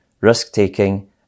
risk-taking